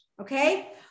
Okay